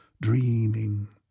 dreaming